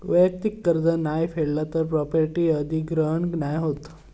वैयक्तिक कर्ज नाय फेडला तर प्रॉपर्टी अधिग्रहण नाय होत